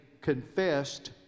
confessed